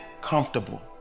comfortable